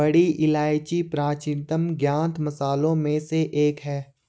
बड़ी इलायची प्राचीनतम ज्ञात मसालों में से एक है